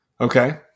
okay